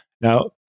Now